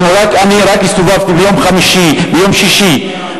אני הסתובבתי ביום חמישי וביום שישי,